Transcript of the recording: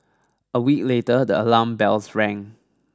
a week later the alarm bells rang